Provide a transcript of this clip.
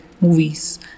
Movies